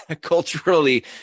culturally